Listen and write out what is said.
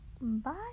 bye